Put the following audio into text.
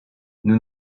nous